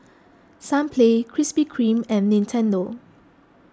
Sunplay Krispy Kreme and Nintendo